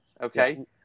Okay